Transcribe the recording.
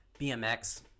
BMX